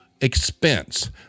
expense